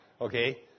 Okay